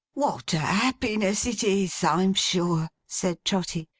what a happiness it is, i'm sure said trotty,